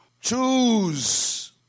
Choose